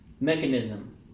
mechanism